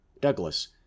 Douglas